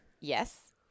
Yes